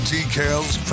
Decals